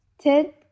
Ted